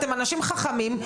אתם אנשים חכמים.